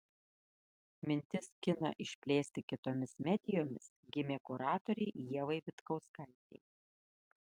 mintis kiną išplėsti kitomis medijomis gimė kuratorei ievai vitkauskaitei